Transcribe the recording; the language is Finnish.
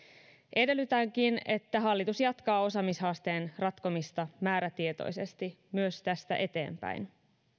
edellytänkin että hallitus jatkaa osaamishaasteen ratkomista määrätietoisesti myös tästä eteenpäin